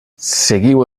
seguiu